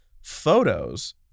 Photos